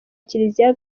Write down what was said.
kiliziya